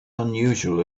unusual